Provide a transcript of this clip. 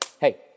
hey